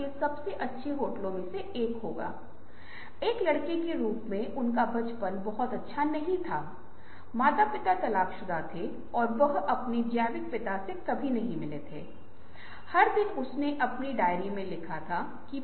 फिर से वे पढ़े जाने वाले विचारों पर चर्चा करेंगे विचारों को फ़िल्टर करेंगे और दस सर्वश्रेष्ठ विचारों को लिखा जाएगा